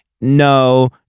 No